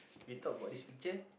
we talk about this picture